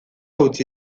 utzi